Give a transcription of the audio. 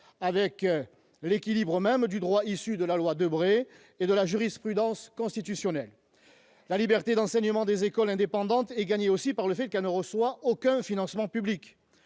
avec l'équilibre même du droit issu de la loi Debré et de la jurisprudence constitutionnelle. La liberté d'enseignement des écoles indépendantes est aussi assurée par le fait que celles-ci ne reçoivent aucun financement public.